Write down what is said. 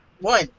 One